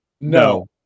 No